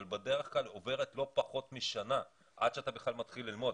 אבל בדרך כלל עוברת לא פחות משנה עד שאתה בכלל מתחיל ללמוד,